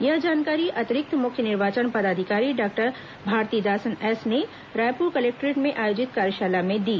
यह जानकारी अतिरिक्त मुख्य निर्वाचन पदाधिकारी डॉक्टर भारतीदासन एस ने रायपुर कलेक्टोरेट में आयोजित कार्यशाला में दी